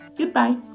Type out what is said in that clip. Goodbye